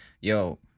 yo